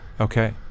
okay